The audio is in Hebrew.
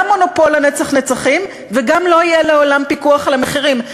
גם מונופול לנצח נצחים וגם לא יהיה לעולם פיקוח על המחירים.